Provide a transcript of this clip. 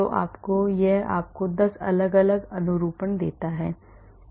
तो यह आपको 10 अलग अलग अनुरूपण देता है